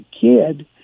kid